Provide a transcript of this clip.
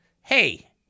hey